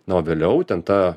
na o vėliau ten ta